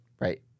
right